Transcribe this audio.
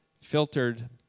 filtered